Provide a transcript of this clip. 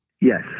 yes